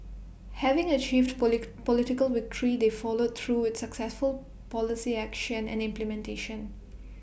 having achieved political victory they followed through with successful policy action and implementation